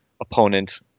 opponent